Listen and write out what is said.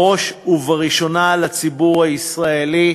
בראש ובראשונה לציבור הישראלי,